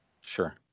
Sure